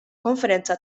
konferenza